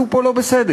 משהו פה לא בסדר.